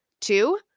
Two